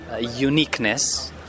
uniqueness